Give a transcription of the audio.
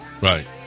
right